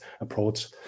approach